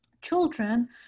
children